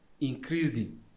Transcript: increasing